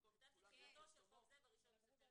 כתבתי: "תחילתו של חוק זה ב-1 לספטמבר,